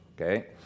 Okay